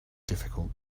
difficult